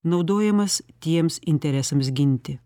naudojamas tiems interesams ginti